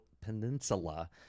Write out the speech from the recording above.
peninsula